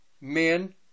men